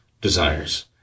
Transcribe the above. desires